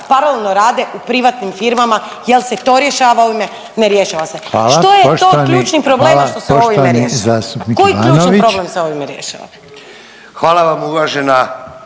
paralelno rade u privatnim firmama jel se to rješava ovime, ne rješava se. Što je to od ključnih …/Upadica: Hvala./… problema što se ovime rješava? Koji ključni problem se ovime rješava? **Reiner,